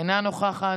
אינה נוכחת,